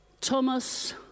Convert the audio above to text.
Thomas